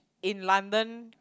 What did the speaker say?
in London